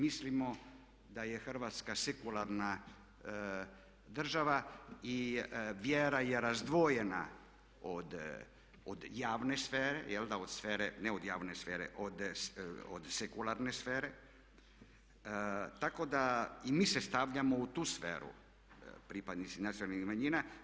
Mislimo da je Hrvatska sekularna država i vjera je razdvojena od javne sfere, ne od javne sfere od sekularne sfere, tako da i mi se stavljamo u tu sferu pripadnici nacionalnih manjina.